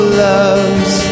loves